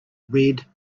red